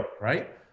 Right